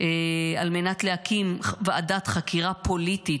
על מנת להקים ועדת חקירה פוליטית,